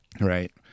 Right